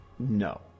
No